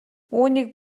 үүнийг